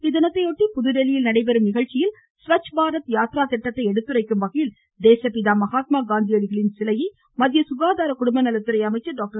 இத்தினத்தையொட்டி புதுதில்லியில் நடைபெறும் நிகழ்ச்சியில் ஸ்வச் பாரத் யாத்ரா திட்டத்தை எடுத்துரைக்கும் வகையில் தேசப்பிதா மகாத்மா காந்தியடிகளின் சிலையை மத்திய சுகாதார குடும்பநலத்துறை அமைச்சர் டாக்டர்